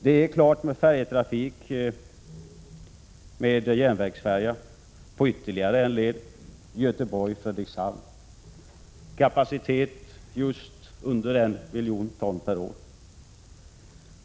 Det är klart med färjetrafik med järnvägsfärja på ytterligare en led — Göteborg-Fredrikshavn — med kapacitet just under en miljon ton per år.